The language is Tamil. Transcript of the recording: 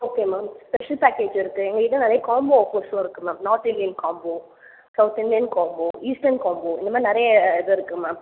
ஓகே மேம் ஸ்பெஷல் பேக்கேஜ் இருக்கு எங்கள்கிட்ட நிறைய காம்போ ஆஃபர்ஸும் இருக்கு ma'am north Indian combo south Indian combo eastern combo இது மாதிரி நிறைய இது இருக்கு மேம்